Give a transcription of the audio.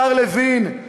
השר לוין,